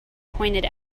pointed